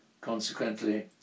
consequently